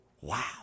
Wow